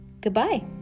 Goodbye